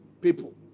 people